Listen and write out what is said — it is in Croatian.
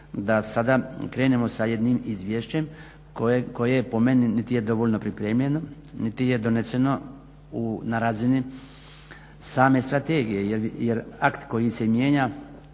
da sada krenemo sa jednim izvješćem koje, koje je po meni, niti je dovoljno pripremljeno, niti je doneseno na razini same strategije. Jer akt koji se mijenja